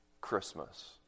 Christmas